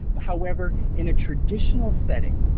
however, in a traditional setting,